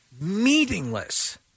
meaningless